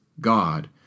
God